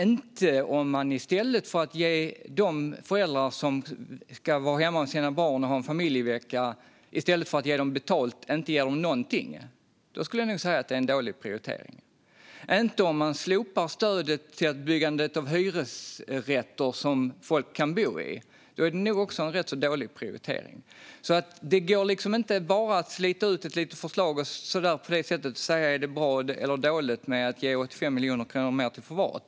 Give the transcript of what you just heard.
Inte om man i stället för att ge de föräldrar som ska vara hemma med sina barn och ha en familjevecka betalt inte ger dem någonting. Då skulle jag nog säga att det är en dålig prioritering. Det är inte bra om man slopar stödet till byggandet av hyresrätter som folk kan bo i. Då är det nog också en rätt så dålig prioritering. Det går liksom inte bara att slita ut ett litet förslag på det sättet och säga: Är det bra eller dåligt att ge 85 miljoner kronor mer till förvaret?